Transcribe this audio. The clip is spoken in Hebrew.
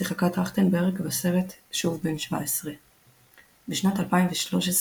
שיחקה טרכטנברג בסרט "שוב בן 17". בשנת 2013,